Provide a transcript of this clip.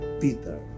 Peter